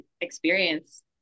experience